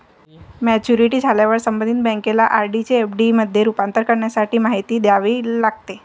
maturity झाल्यावर संबंधित बँकेला आर.डी चे एफ.डी मध्ये रूपांतर करण्यासाठी माहिती द्यावी लागते